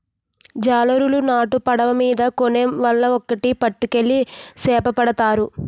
జాలరులు నాటు పడవ మీద కోనేమ్ వల ఒక్కేటి పట్టుకెళ్లి సేపపడతారు